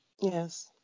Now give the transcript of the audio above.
Yes